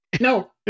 No